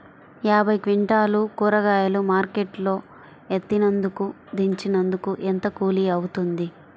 యాభై క్వింటాలు కూరగాయలు మార్కెట్ లో ఎత్తినందుకు, దించినందుకు ఏంత కూలి అవుతుంది?